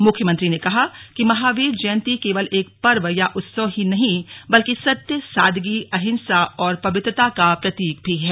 मुख्यमंत्री ने कहा कि महावीर जयन्ती केवल एक पर्व या उत्सव ही नहीं बल्कि सत्य सादगी अहिंसा और पवित्रता का प्रतीक भी है